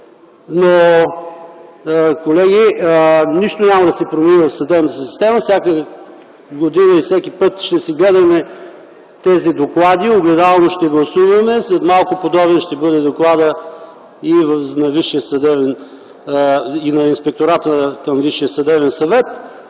Колеги, нищо няма да се промени в съдебната система. Всяка година и всеки път ще гледаме тези доклади, ще гласуваме огледално. След малко подобен ще бъде и докладът на Инспектората към Висшия съдебен съвет.